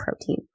protein